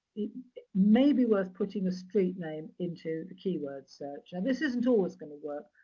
it may be worth putting a street name into the keyword search. and this isn't always going to work,